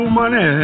money